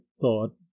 thought